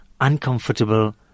uncomfortable